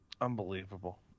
Unbelievable